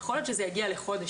יכול להיות שזה יגיע לחודש,